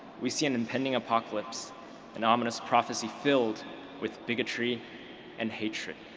we see an impending apocalypse an, ominous prophecy filled with bigotry and hatred.